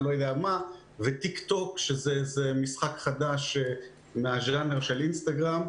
לא מכיר וטיקטוק שזה משחק חדש מהז'אנר של אינסטגרם.